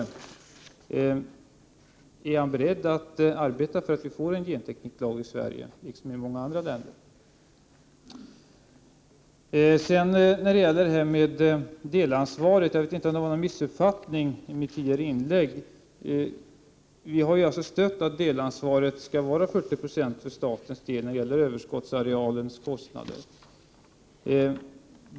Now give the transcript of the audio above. Är jordbruksministern således beredd att arbeta för att vi får en gentekniklag i Sverige? En sådan finns ju i många andra länder. Sedan till frågan om delansvaret. Kanske har det som jag sagt i tidigare inlägg missuppfattats. Vi har i varje fall samtyckt till att staten när det gäller delansvaret skall ta ett 40-procentigt ansvar för överskottsarealens kostnader.